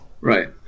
right